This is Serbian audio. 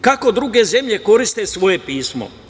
Kako druge zemlje koriste svoje pismo?